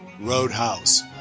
roadhouse